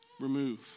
remove